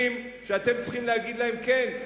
אתם צריכים להגיד להם: כן,